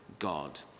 God